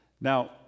Now